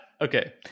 okay